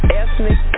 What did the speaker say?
ethnic